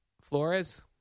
Flores